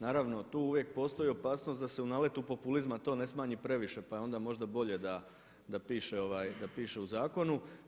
Naravno, tu uvijek postoji opasnost da se u naletu populizma to ne smanji previše, pa je onda možda bolje da piše u zakonu.